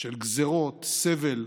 של גזרות, סבל,